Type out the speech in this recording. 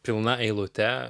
pilna eilute